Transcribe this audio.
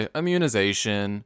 immunization